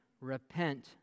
repent